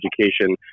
education